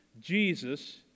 Jesus